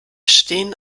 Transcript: stehen